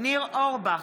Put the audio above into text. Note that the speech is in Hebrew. ניר אורבך,